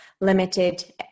limited